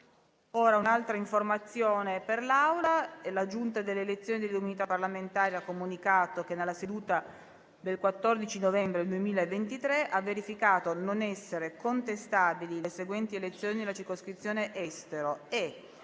apre una nuova finestra"). La Giunta delle elezioni e delle immunità parlamentari ha comunicato che, nella seduta del 14 novembre 2023, ha verificato non essere contestabili le seguenti elezioni nella Circoscrizione estero e,